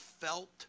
felt